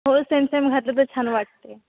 हो same same घातलं तर छान वाटते